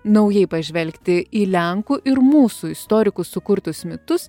naujai pažvelgti į lenkų ir mūsų istorikų sukurtus mitus